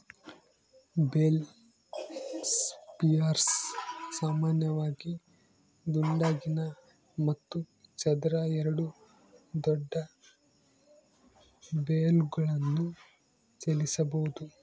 bale spears ಸಾಮಾನ್ಯವಾಗಿ ದುಂಡಗಿನ ಮತ್ತು ಚದರ ಎರಡೂ ದೊಡ್ಡ ಬೇಲ್ಗಳನ್ನು ಚಲಿಸಬೋದು